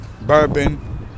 bourbon